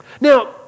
Now